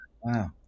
Wow